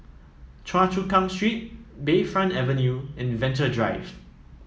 Choa Chu Kang Street Bayfront Avenue and Venture Drive